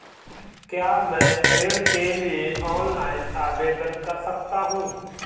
क्या मैं ऋण के लिए ऑनलाइन आवेदन कर सकता हूँ?